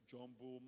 Jumbo